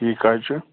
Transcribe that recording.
ٹھیٖک حظ چھُ